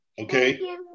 Okay